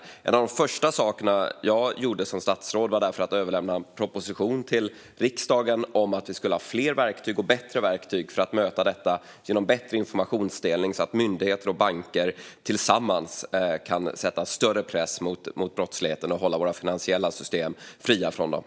Något av det första jag gjorde som statsråd var därför att överlämna en proposition till riksdagen om fler och bättre verktyg för att möta detta genom bättre informationsdelning så att myndigheter och banker tillsammans kan sätta större press på brottsligheten och hålla våra finansiella system fria från den.